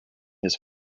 his